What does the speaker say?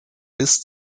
bis